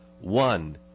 one